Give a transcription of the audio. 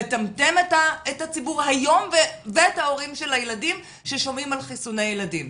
מטמטם את הציבור היום ואת ההורים של הילדים ששומעים על חיסוני ילדים.